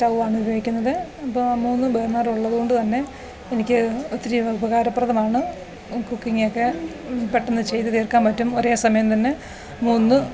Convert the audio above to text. സ്റ്റൗവാണ് ഉപയോഗിക്കുന്നത് അപ്പോൾ മൂന്ന് ബെർണർ ഉള്ളതുകൊണ്ട് തന്നെ എനിക്ക് ഒത്തിരി ഉപകാരപ്രദമാണ് കുക്കിങ്ങക്കെ പെട്ടന്ന് ചെയ്ത് തീർക്കാൻ പറ്റും ഒരേ സമയം തന്നെ മൂന്ന്